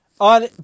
On